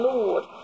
Lord